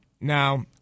Now